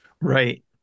right